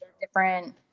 different